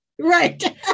Right